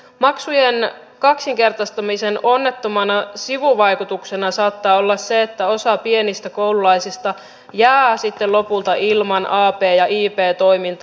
maksujen kaksinkertaistamisen onnettomana sivuvaikutuksena saattaa olla se että osa pienistä koululaisista jää sitten lopulta ilman ap ja ip toimintaa